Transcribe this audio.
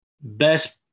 Best